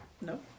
No